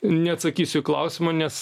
neatsakysiu į klausimą nes